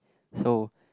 so